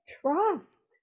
trust